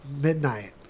Midnight